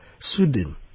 Sweden